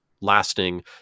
lasting